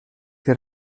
que